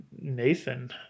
Nathan